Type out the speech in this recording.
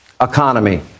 economy